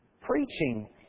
Preaching